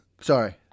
sorry